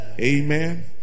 Amen